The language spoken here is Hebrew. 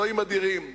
אלוהים אדירים,